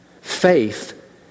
Faith